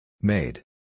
Made